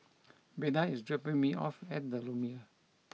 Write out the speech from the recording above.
Beda is dropping me off at The Lumiere